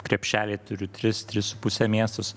krepšelyje turiu tris tris su puse miestus